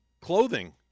Clothing